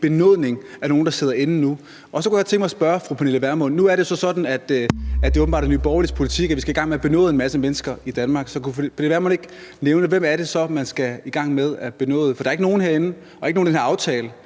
inde nu, der får en benådning. Så kunne jeg godt tænke mig at spørge fru Pernille Vermund om noget. Nu er det så åbenbart sådan, at det er Nye Borgerliges politik, at vi skal i gang med at benåde en masse mennesker i Danmark. Så kunne fru Pernille Vermund ikke nævne, hvem det så er, man skal i gang med at benåde? For der er ikke nogen herinde og ikke nogen i den her aftale,